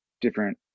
different